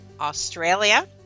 Australia